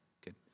good